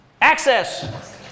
Access